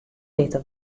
witte